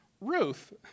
Ruth